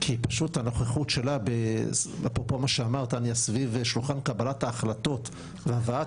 כי פשוט הנוכחות שלה אפרופו מה שאמרת סביב שולחן קבלת ההחלטות והמבט